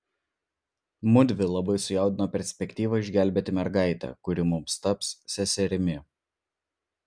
mudvi labai sujaudino perspektyva išgelbėti mergaitę kuri mums taps seserimi